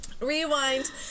Rewind